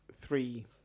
three